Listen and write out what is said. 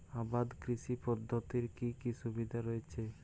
আবাদ কৃষি পদ্ধতির কি কি সুবিধা রয়েছে?